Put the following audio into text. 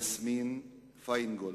יסמין פיינגולד,